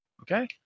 Okay